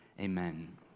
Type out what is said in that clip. amen